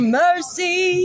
mercy